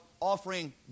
offering